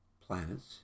planets